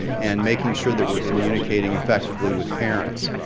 and making sure that we're communicating effectively with parents.